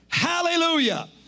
Hallelujah